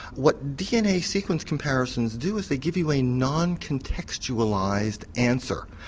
what dna sequence comparisons do is they give you a non-contextualised answer,